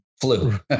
flu